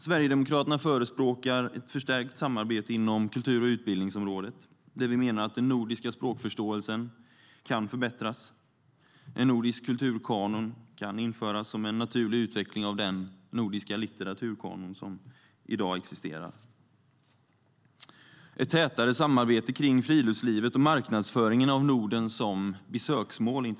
Sverigedemokraterna förespråkar ett förstärkt samarbete inom kultur och utbildningsområdet, där vi menar att den nordiska språkförståelsen kan förbättras, att en nordisk kulturkanon kan införas som en naturlig utveckling av den nordiska litteraturkanon som redan existerar och att ett tätare samarbete kan ske kring friluftslivet och marknadsföring internationellt av Norden som besöksmål.